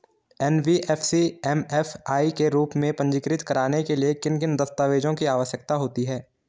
NBFC MFI के रूप में पंजीकृत कराने के लिए किन किन दस्तावेज़ों की आवश्यकता होती है?